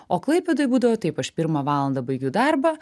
o klaipėdoj būdavo taip aš pirmą valandą baigiu darbą